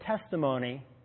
testimony